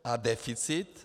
A deficit?